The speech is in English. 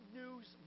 news